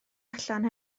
allan